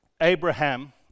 Abraham